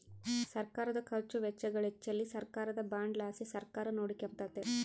ಸರ್ಕಾರುದ ಖರ್ಚು ವೆಚ್ಚಗಳಿಚ್ಚೆಲಿ ಸರ್ಕಾರದ ಬಾಂಡ್ ಲಾಸಿ ಸರ್ಕಾರ ನೋಡಿಕೆಂಬಕತ್ತತೆ